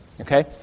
Okay